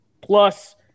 plus